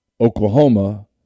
Oklahoma